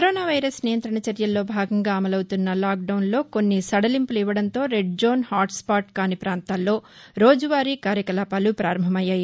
corona virus నియంత్రణ చర్యల్లో భాగంగా అమలవుతున్న లాక్ డౌన్లో కొన్ని సడలింపులు ఇవ్వడంతో రెడ్ జోన్ హట్ స్పాట్ కాని ప్రాంతాల్లో రోజువారీ కార్యకలాపాలు ప్రారంభమయ్యాయి